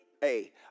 Hey